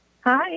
Hi